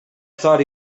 thought